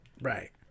Right